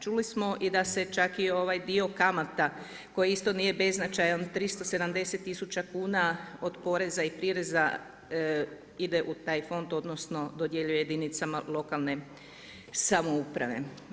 Čuli smo da se čak i ovaj dio kamata koji isto nije beznačajan, 370000 kn, od poreza i prireza ide u taj fond, odnosno, dodjeljuje jedinicama lokalne samouprave.